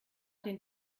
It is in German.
den